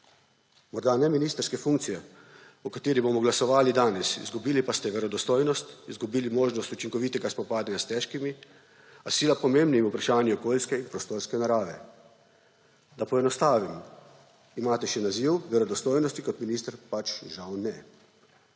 Morda ne ministrske funkcije, o kateri bomo glasovali danes, izgubili pa ste verodostojnost, izgubili možnost učinkovitega spopadanja s težkimi, a sila pomembnimi vprašanji okoljske in prostorske narave. Da poenostavim. Imate še naziv verodostojnosti? Kot minister, pač, žal ne.